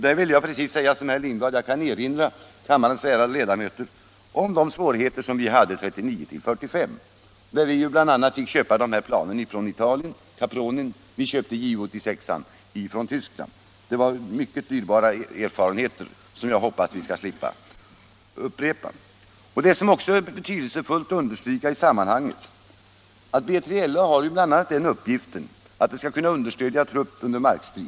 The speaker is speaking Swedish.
Jag vill här — i likhet med herr Lindblad — erinra om de svårigheter vi hade 1939-1945, då vi bl.a. fick köpa planen Caproni från Italien och Ju 86 från Tyskland. Det var mycket dyrbara misstag som jag hoppas vi skall slippa upprepa. Det som också är betydelsefullt att understryka i sammanhanget är att B3LA bl.a. har den uppgiften att det skall kunna understödja trupp under markstrid.